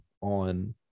on